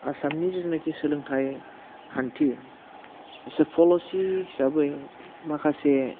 आसामनि जिथुनाखि सोलोंथाइ खान्थि एस ए पलिसि हिसाबै माखासे